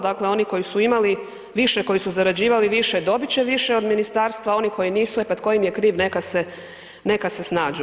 Dakle, oni koji su imali više, koji su zarađivali više dobit će više od ministarstva, a oni koji nisu e pa tko im je kriv neka se snađu.